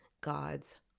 God's